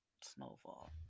Snowfall